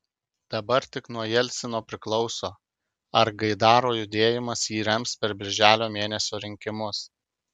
dabar tik nuo jelcino priklauso ar gaidaro judėjimas jį rems per birželio mėnesio rinkimus